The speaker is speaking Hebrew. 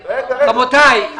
רבותי,